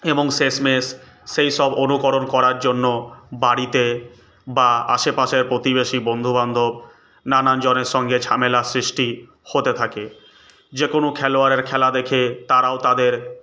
এবং শেষমেশ সেইসব অনুকরণ করার জন্য বাড়িতে বা আশেপাশের প্রতিবেশী বন্ধুবান্ধব নানা জনের সঙ্গে ঝামেলার সৃষ্টি হতে থাকে যেকোনো খেলোয়াড়ের খেলা দেখে তারাও তাদের